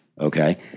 Okay